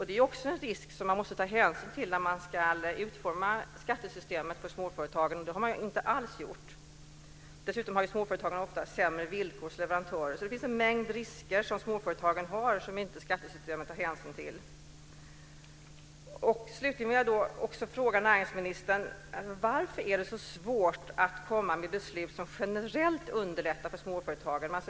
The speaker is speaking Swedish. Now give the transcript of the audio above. Den risken måste man också ta hänsyn till när skattesystemet för småföretagare utformas, men det har man inte alls gjort. Dessutom har småföretagare ofta sämre villkor hos leverantörer. Småföretagaren tar alltså en mängd risker som inte skattesystemet tar hänsyn till. Slutligen vill jag fråga näringsministern: Varför är det så svårt att fatta beslut som generellt gynnar underlättar för småföretagen?